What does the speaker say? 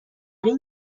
این